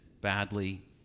badly